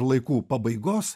laikų pabaigos